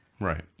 Right